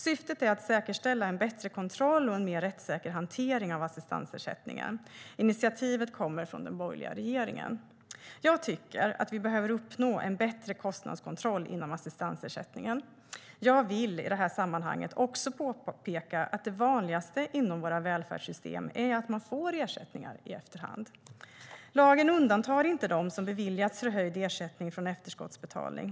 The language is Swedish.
Syftet är att säkerställa en bättre kontroll och en mer rättssäker hantering av assistansersättningen. Initiativet kommer från den borgerliga regeringen. Jag tycker att vi behöver uppnå en bättre kostnadskontroll inom assistansersättningen. Jag vill i detta sammanhang påpeka att det vanligaste inom våra välfärdssystem är att man får ersättningar i efterhand. Lagen undantar inte dem som beviljats förhöjd ersättning från efterskottsbetalning.